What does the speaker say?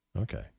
Okay